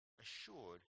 assured